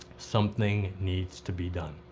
something needs to be done.